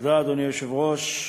אדוני היושב-ראש,